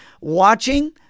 watching